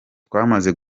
twamaze